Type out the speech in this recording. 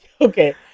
okay